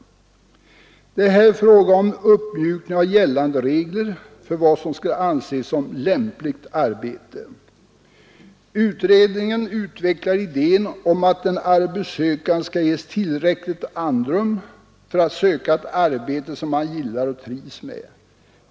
Det är här fråga om uppmjukning av gällande regler för vad som skall anses som lämpligt arbete. Utredningen utvecklar idén om att en arbetssökande skall ges tillräckligt andrum för att söka ett arbete som han gillar och trivs med.